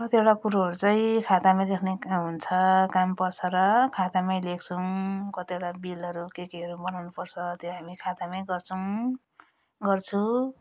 कतिवटा कुराहरू चाहिँ खातामा लेख्ने काम हुन्छ काम पर्छ र खातामा लेख्छौँ कतिवटा बिलहरू के केहरू बनाउनु पर्छ त्यही हामी खातामा गर्छौँ गर्छु